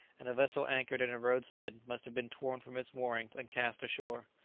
and a vessel anchored in a roadstead must have been torn from its moorings and cast ashore.